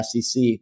SEC